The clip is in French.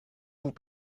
vous